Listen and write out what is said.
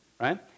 right